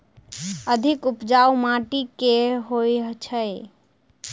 अधिक उपजाउ माटि केँ होइ छै?